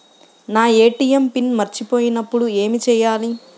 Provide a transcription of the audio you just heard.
నా ATM PIN మరచిపోయినప్పుడు ఏమి చేయాలి?